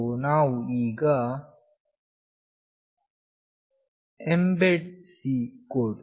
so ನಾವು ಈಗ embed C code